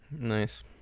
Nice